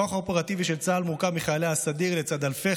הכוח האופרטיבי של צה"ל מורכב מחיילי הסדיר לצד אלפי